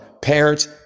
Parents